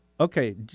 Okay